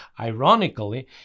ironically